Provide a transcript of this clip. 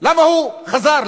למה הוא חזר?